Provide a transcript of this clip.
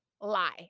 lie